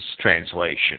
translation